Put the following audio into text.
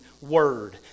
word